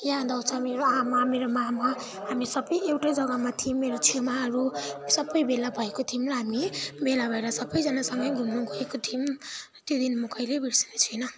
याद आउँछ मेरो आमा मेरो मामा हामी सबै एउटै जग्गामा थियौँ मेरो छेमाहरू सबै भेला भएको थियौँ हामी भेला भएर सबैजना सँगै घुम्नु गएको थियौँ त्यो दिन म कहिले बिर्सिने छुइनँ